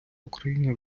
україні